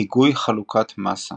היגוי חלוקת מסה